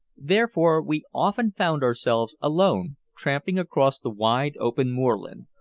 therefore we often found ourselves alone tramping across the wide open moorland,